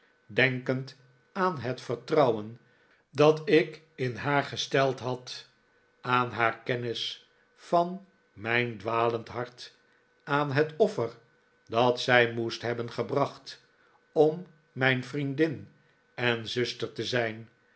denkend aan het vertrouwen dat ik in haar gesteld had aan haar kennis van mijn dwalend hart aan het offer dat zij moest hebben gebracht om mijn vriendin en zuster te zijn